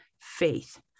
faith